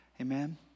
amen